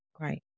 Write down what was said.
Right